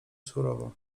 surowo